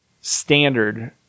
standard